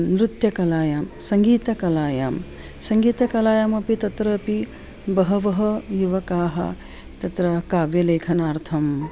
नृत्यकलायां सङ्गीतकलायां सङ्गीतकलायामपि तत्रापि बहवः युवकाः तत्र काव्यलेखनार्थं